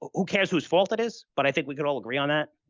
who cares whose fault that is, but i think we could all agree on that.